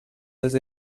dels